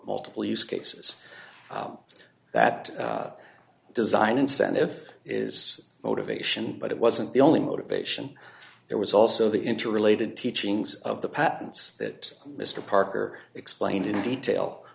multiple use cases that design incentive is motivation but it wasn't the only motivation there was also the interrelated teachings of the patents that mr parker explained in detail